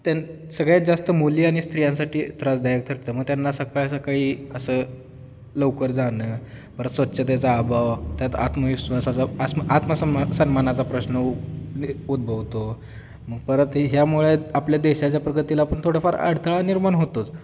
त्या सगळ्यात जास्त मुली आणि स्त्रियांसाठी त्रासदायक ठरते मग त्यांना सकाळ सकाळी असं लवकर जाणं परत स्वच्छतेचा अभाव त्यात आत्मविश्वासाचा आम आत्मसम्मानाचा प्रश्न उ उद्भवतो मग परत ह्यामुळे आपल्या देशाच्या प्रगतीला आपण थोडंफार अडथळा निर्माण होतोच